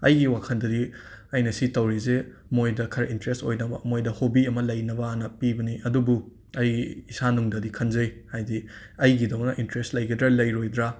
ꯑꯩꯒꯤ ꯋꯥꯈꯟꯗꯗꯤ ꯑꯩꯅ ꯁꯤ ꯇꯧꯔꯤꯖꯦ ꯃꯣꯏꯗ ꯈꯔ ꯏꯅꯇ꯭ꯔꯦꯁ ꯑꯣꯏꯅꯕ ꯃꯣꯏꯗ ꯍꯣꯕꯤ ꯑꯃ ꯂꯩꯅꯕꯅ ꯄꯤꯕꯅꯤ ꯑꯗꯨꯕꯨ ꯑꯩꯒꯤ ꯏꯁꯥꯅꯨꯡꯗꯗꯤ ꯈꯟꯖꯩ ꯍꯥꯏꯗꯤ ꯑꯩꯒꯤꯗꯧꯅ ꯏꯟꯇ꯭ꯔꯦꯁ ꯂꯩꯒꯗ꯭ꯔꯥ ꯂꯩꯔꯣꯏꯗ꯭ꯔꯥ